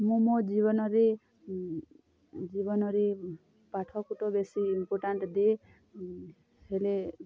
ମୁଁ ମୋ ଜୀବନରେ ଜୀବନରେ ପାଠକୁ ତ ବେଶୀ ଇମ୍ପୋଟାଣ୍ଟ୍ ଦିଏ ହେଲେ